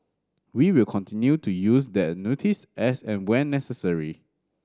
we will continue to use the notice as and when necessary